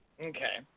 Okay